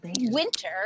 Winter